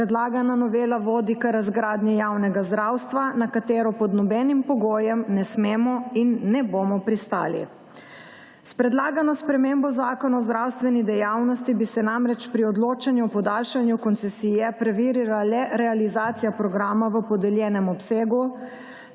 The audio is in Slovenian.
predlagana novela vodi k razgradnji javnega zdravstva, na katero pod nobenim pogojem ne smemo in ne bomo pristali. S predlagano spremembo Zakona o zdravstveni dejavnosti bi se namreč pri odločanju o podaljšanju koncesije preverila le realizacija programa v podeljenem obsegu,